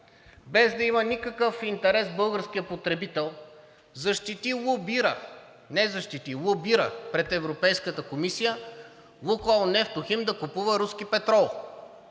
без да има никакъв интерес българският потребител, защити и лобира – не защити, а лобира пред Европейската комисия, „Лукойл Нефтохим“ да купува руски петрол.